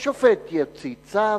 והשופט יוציא צו.